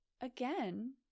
Again